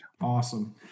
Awesome